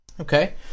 Okay